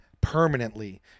permanently